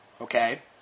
Okay